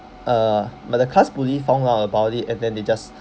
uh but the class bully found out about it and then they just